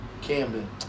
Camden